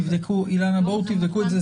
אילנה בואו תבדקו את זה,